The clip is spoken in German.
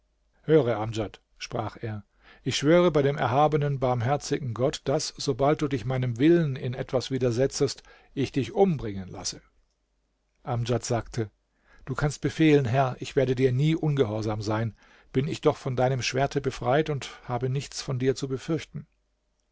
höre amdjad sprach er ich schwöre bei dem erhabenen barmherzigen gott daß sobald du dich meinem willen in etwas widersetzest ich dich umbringen lasse amdjad sagte du kannst befehlen herr ich werde dir nie ungehorsam sein bin ich doch von deinem schwerte befreit und habe nichts von dir zu befürchten